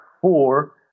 four